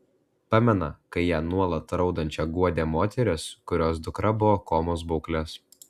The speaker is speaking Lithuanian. pamena kai ją nuolat raudančią guodė moteris kurios dukra buvo komos būklės